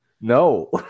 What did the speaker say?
No